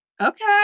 Okay